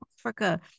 Africa